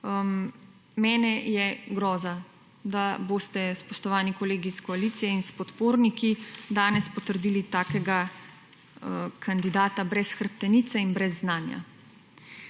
mene je groza, da boste spoštovani kolegi iz koalicije in s podporniki danes potrdili takega kandidata brez hrbtenice in brez znanja.